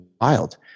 wild